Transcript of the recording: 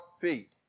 feet